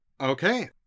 Okay